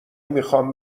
میخوام